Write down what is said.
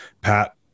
Pat